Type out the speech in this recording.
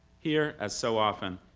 here, as so often,